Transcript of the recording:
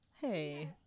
Hey